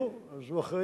נו, אז הוא אחראי.